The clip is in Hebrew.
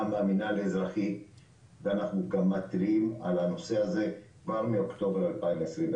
גם מהמנהל האזרחי ואנחנו גם מתריעים על הנושא הזה כבר מאוקטובר 2021,